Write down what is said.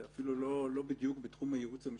זה אפילו לא בדיוק בתחום הייעוץ המשפטי.